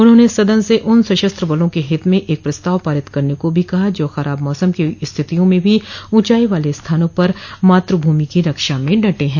उन्होंने सदन से उन सशस्त्र बलों के हित में एक प्रस्ताव पारित करने को भी कहा जो खराब मौसम की स्थितियों में भी ऊंचाई वाले स्थानों पर मातृभूमि की रक्षा में डटे हैं